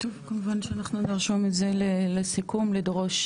טוב, כמובן שאנחנו נרשום את זה לסיכום, לדרוש